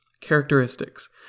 characteristics